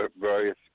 various